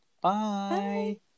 Bye